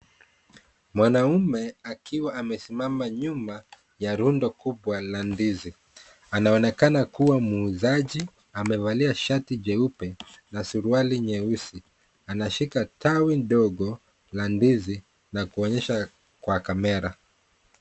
Mwanaume akiwa amesimama nyuma ya rundo kubwa la ndizi. Anaonekana kuwa muuzaji, amevalia shati jeupe na suruali jeusi. Anashika tawi ndogo la ndizi na kuonyesha kwa camera.